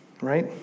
right